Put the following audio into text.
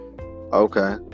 Okay